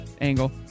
angle